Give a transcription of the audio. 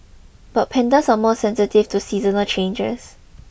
but pandas are more sensitive to seasonal changes